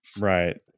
right